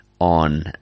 on